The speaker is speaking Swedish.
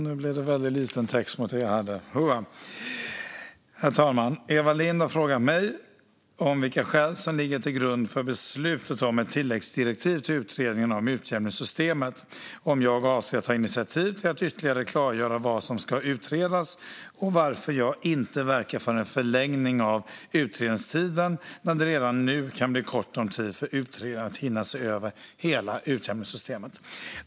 Herr talman! Eva Lindh har frågat mig vilka skäl som ligger till grund för beslutet om ett tilläggsdirektiv till utredningen om utjämningssystemet, om jag avser att ta initiativ till att ytterligare klargöra vad som ska utredas och varför jag inte har verkat för en förlängning av utredningstiden när det redan nu kan bli kort om tid för utredningen att hinna se över hela utjämningssystemet.